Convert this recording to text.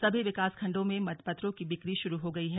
सभी विकास खण्डों में मतपत्रों की बिक्री शुरू हो गयी है